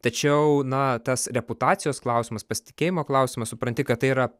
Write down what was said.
tačiau na tas reputacijos klausimas pasitikėjimo klausimas supranti kad tai yra